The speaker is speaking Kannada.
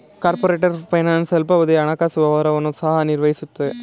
ಕಾರ್ಪೊರೇಟರ್ ಫೈನಾನ್ಸ್ ಅಲ್ಪಾವಧಿಯ ಹಣಕಾಸು ವ್ಯವಹಾರವನ್ನು ಸಹ ನಿರ್ವಹಿಸುತ್ತದೆ